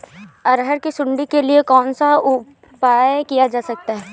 अरहर की सुंडी के लिए कौन सा उपाय किया जा सकता है?